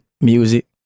music